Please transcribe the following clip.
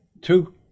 two